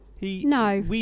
No